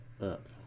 up